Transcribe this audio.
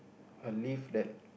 a leaf that